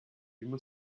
immer